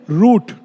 root